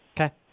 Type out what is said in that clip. Okay